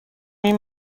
این